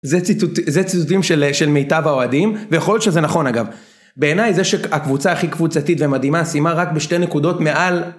זה ציטוט, זה ציטוטים של אה של מיטב האוהדים ויכול להיות שזה נכון אגב. בעיניי זה שהקבוצה הכי קבוצתית ומדהימה שימה רק בשתי נקודות מעל